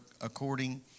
according